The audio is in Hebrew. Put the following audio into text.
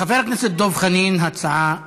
חבר הכנסת דב חנין, הצעה דומה,